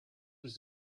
was